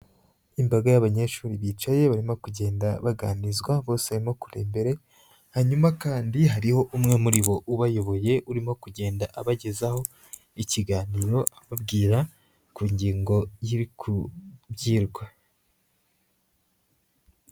Imbaga y'abanyeshuri bicaye, barimo kugenda baganizwa bose barimo kureba imbere, hanyuma kandi hariho umwe muri bo ubayoboye, urimo kugenda abagezaho ikiganiro ababwira ku ngingo iri ku byigwa.